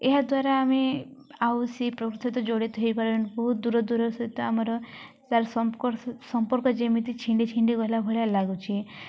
ଏହାଦ୍ୱାରା ଆମେ ଆଉ ସେଇ ପ୍ରକୃତି ସହିତ ଜଡ଼ିତ ହେଇପାରିବାନି ବହୁତ ଦୂର ଦୂର ସହିତ ଆମର ତାର ସମ୍ ସମ୍ପର୍କ ଯେମିତି ଛିଣ୍ଡି ଛିଣ୍ଡି ଗଲା ଭଳିଆ ଲାଗୁଛି